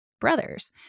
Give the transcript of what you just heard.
brother's